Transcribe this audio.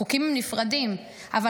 חוקים הם נפרדים, אבל